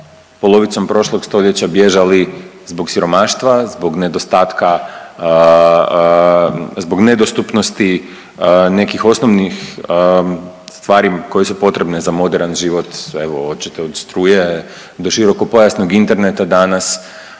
polovicom prošlog stoljeća bježali zbog siromaštva, zbog nedostatka, zbog nedostupnosti nekih osnovnih stvari koje su potrebne za moderan život evo hoćete od struje do širokopojasnog interneta danas,